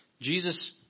Jesus